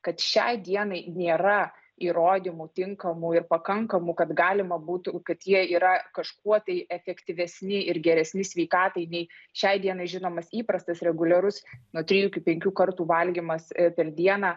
kad šiai dienai nėra įrodymų tinkamų ir pakankamų kad galima būtų kad jie yra kažkuo tai efektyvesni ir geresni sveikatai nei šiai dienai žinomas įprastas reguliarus nuo trijų iki penkių kartų valgymas per dieną